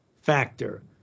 factor